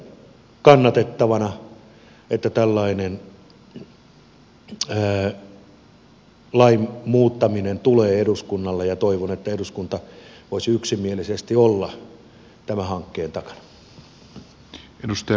pidän erittäin kannatettavana että tällainen lain muuttaminen tulee eduskunnalle ja toivon että eduskunta voisi yksimielisesti olla tämän hankkeen takana